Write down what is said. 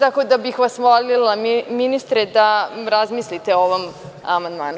Tako da bih vas molila ministre da razmislite o ovom amandmanu.